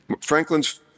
franklin's